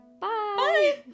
bye